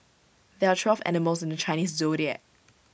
there are twelve animals in the Chinese Zodiac